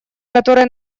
которые